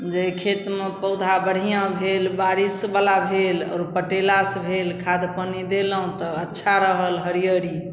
जाहि खेतमे पौधा बढ़िआँ भेल बारिशवला भेल आओर पटेलासँ भेल खाद पानी देलहुँ तऽ अच्छा रहल हरिअरी